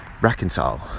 reconcile